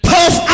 Puff